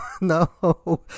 no